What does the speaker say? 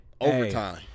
overtime